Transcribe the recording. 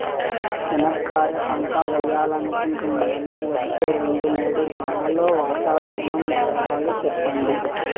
చెనక్కాయ పంట వేయాలనుకుంటున్నాము, వచ్చే రెండు, మూడు దినాల్లో వాతావరణం వివరాలు చెప్పండి?